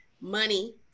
money